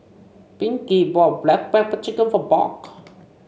Pinkney bought Black Pepper Chicken for Buck